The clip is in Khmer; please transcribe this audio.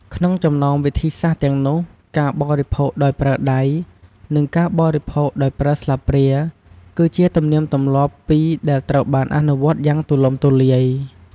ក្នុងចំណោមវិធីសាស្ត្រទាំងនោះ ការបរិភោគដោយប្រើដៃ និងការបរិភោគដោយប្រើស្លាបព្រា គឺជាទំនៀមទម្លាប់ពីរដែលត្រូវបានអនុវត្តយ៉ាងទូលំទូលាយ។